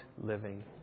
living